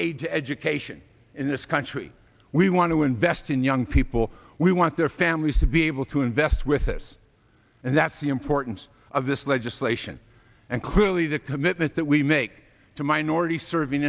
aid to education in this country we want to invest in young people we want their families to be able to invest with us and that's the importance of this legislation and clearly the commitment that we make to minority serving